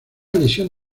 lesión